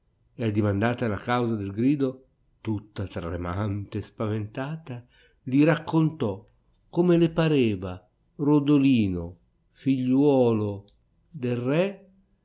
e addimandata la causa del grido tutta tremante e spaventata li raccontò come le pareva rodolino figliuolo del re